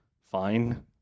fine